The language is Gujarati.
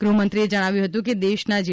ગૃહમંત્રીએ જણાવ્યું હતું કે દેશના જી